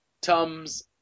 Tums